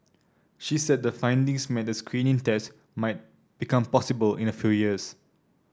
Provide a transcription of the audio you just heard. she said the findings meant a screening test might become possible in a few years